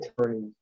attorneys